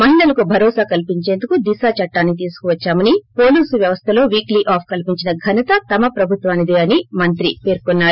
మహిళలకు భరోసా కల్సించేందుకు దిశ చట్లాన్ని తీసుకువచ్చాప్తమని పోలీసు వ్యవస్లలో వీక్తీ ఆఫ్ కల్పించిన ఘనత తమ ప్రభుత్వానిదే అని మంత్రి పేర్కొన్నారు